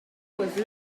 with